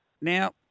Now